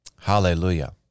Hallelujah